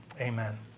Amen